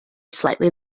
slightly